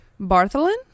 Bartholin